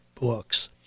books